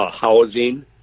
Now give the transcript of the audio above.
housing